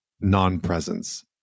non-presence